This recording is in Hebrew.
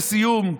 לסיום,